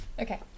Okay